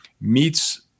meets